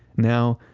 now,